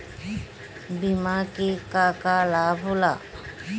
बिमा के का का लाभ होला?